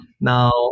Now